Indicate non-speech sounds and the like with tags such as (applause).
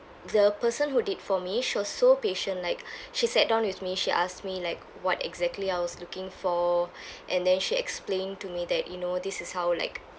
the person who did for me she was so patient like (breath) she sat down with me she asked me like what exactly I was looking for (breath) and then she explained to me that you know this is how like